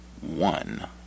one